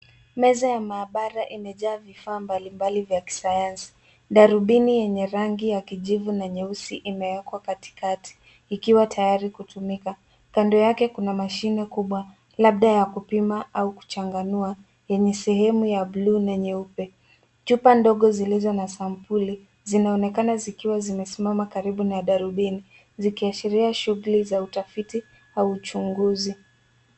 Meza ya maabara imejaa vifaa mbalimbali vya kisayansi. Darubini yenye rangi ya kijivu na nyeusi imewekwa katikati ikiwa tayari kutumika. Kando yake kuna mashine kubwa labda ya kupima au kuchanganua yenye sehemu ya bluu na nyeupe. Chupa ndogo zilizo na sampuli zinaonekana zikiwa zimesimama karibu na darubini zikiashiria shughuli za utafiti au uchunguzi.